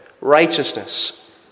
righteousness